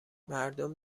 مردم